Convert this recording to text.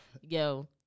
Yo